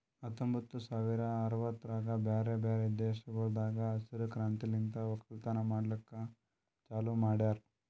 ಹತ್ತೊಂಬತ್ತು ಸಾವಿರ ಅರವತ್ತರಾಗ್ ಬ್ಯಾರೆ ಬ್ಯಾರೆ ದೇಶಗೊಳ್ದಾಗ್ ಹಸಿರು ಕ್ರಾಂತಿಲಿಂತ್ ಒಕ್ಕಲತನ ಮಾಡ್ಲುಕ್ ಚಾಲೂ ಮಾಡ್ಯಾರ್